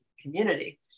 community